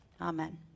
Amen